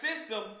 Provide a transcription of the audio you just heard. system